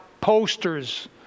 Posters